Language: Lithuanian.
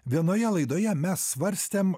vienoje laidoje mes svarstėm